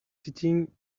sitting